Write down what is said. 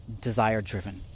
desire-driven